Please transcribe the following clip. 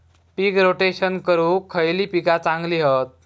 पीक rotation करूक खयली पीका चांगली हत?